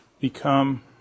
become